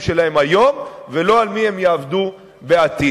שלהן היום ולא על עם מי הן יעבדו בעתיד.